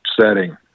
setting